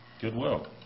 Goodwill